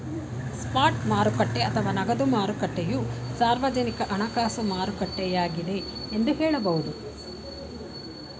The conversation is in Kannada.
ಸ್ಪಾಟ್ ಮಾರುಕಟ್ಟೆ ಅಥವಾ ನಗದು ಮಾರುಕಟ್ಟೆಯು ಸಾರ್ವಜನಿಕ ಹಣಕಾಸು ಮಾರುಕಟ್ಟೆಯಾಗಿದ್ದೆ ಎಂದು ಹೇಳಬಹುದು